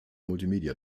multimedia